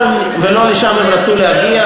הם רצו להגיע.